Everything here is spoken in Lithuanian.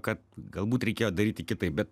kad galbūt reikėjo daryti kitaip bet